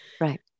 Right